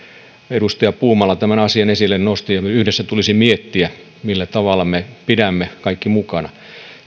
edustaja puumala tämän asian esille nosti meidän yhdessä tulisi miettiä millä tavalla me pidämme kaikki mukana